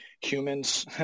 humans